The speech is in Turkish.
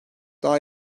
daha